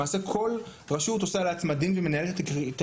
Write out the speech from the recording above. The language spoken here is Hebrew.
למעשה כל רשות עושה לעצמה דין ומנהלת את